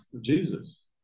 Jesus